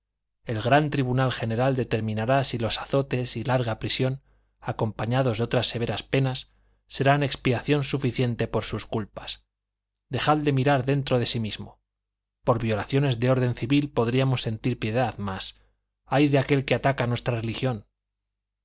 el reo el gran tribunal general determinará si los azotes y larga prisión acompañados de otras severas penas serán expiación suficiente por sus culpas dejadle mirar dentro de sí mismo por violaciones de orden civil podríamos sentir piedad mas ay de aquel que ataca nuestra religión